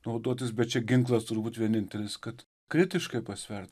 naudotis bet čia ginklas turbūt vienintelis kad kritiškai pasvert